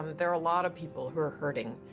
there are a lot of people who are hurting,